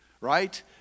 right